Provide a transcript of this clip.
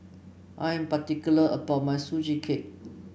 I am particular about my Sugee Cake